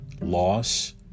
loss